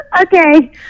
Okay